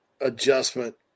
adjustment